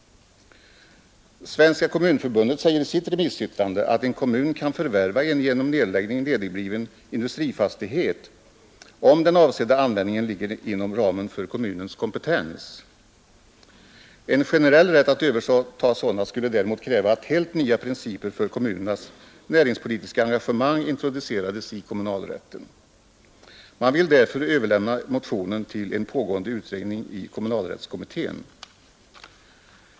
Svenska kommunförbundet säger i sitt remissyttrande att en kommun kan förvärva en genom nedläggning ledigbliven industrifastighet om den avsedda användningen ligger inom ramen för kommunens kompetens. En generell rätt att överta sådana skulle däremot kräva att helt nya principer för kommunernas näringspolitiska engagemang introducerades i kommunalrätten. Man vill därför överlämna motionen till en pågående utredning i kommunalrättskommittén.